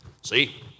See